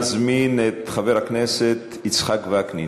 אני מזמין את חבר הכנסת יצחק וקנין,